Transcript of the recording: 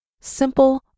Simple